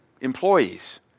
employees